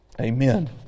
Amen